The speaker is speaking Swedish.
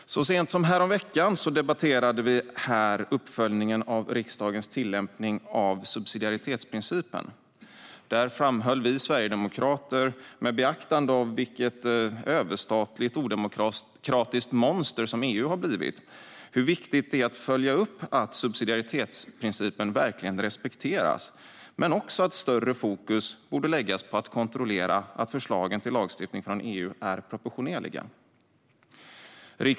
Så sent som häromveckan debatterade vi uppföljningen av riksdagens tillämpning av subsidiaritetsprincipen. Då framhöll vi sverigedemokrater, med beaktande av vilket överstatligt och odemokratiskt monster som EU har blivit, hur viktigt det är att följa upp att subsidiaritetsprincipen verkligen respekteras men också att större fokus borde läggas på att kontrollera att förslagen till lagstiftning från EU är proportionerliga.